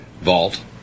vault